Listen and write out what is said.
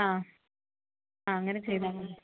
ആ അങ്ങനെ ചെയ്താൽ മതി